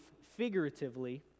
figuratively